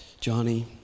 Johnny